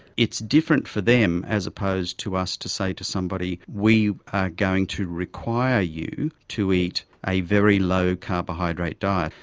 it's different for them as opposed to us to say to somebody, we are going to require you to eat a very low carbohydrate diet.